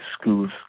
Schools